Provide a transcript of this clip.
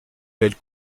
belle